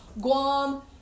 Guam